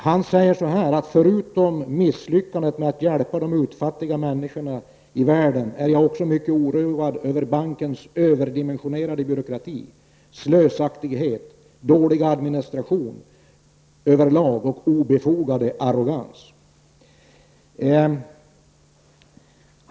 Han säger: ''Förutom över misslyckandet med att hjälpa de utfattiga människorna i världen är jag också mycket oroad över bankens överdimensionerade byråkrati, slösaktighet, dåliga administration över lag och obefogade arrogans.''